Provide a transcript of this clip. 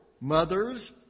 mothers